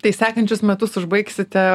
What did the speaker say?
tai sekančius metus užbaigsite